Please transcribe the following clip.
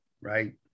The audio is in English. right